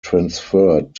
transferred